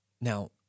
Now